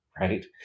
right